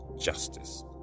justice